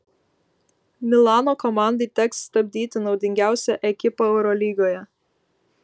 milano komandai teks stabdyti naudingiausią ekipą eurolygoje